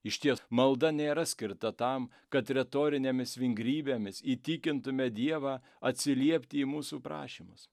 išties malda nėra skirta tam kad retorinėmis vingrybėmis įtikintumėme dievą atsiliepti į mūsų prašymus